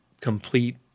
complete